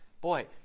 boy